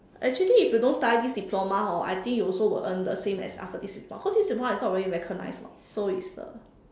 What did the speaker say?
actually if you don't study this diploma hor I think you also will earn the same as us with this diploma cause this diploma is not very recognized [what] so it's a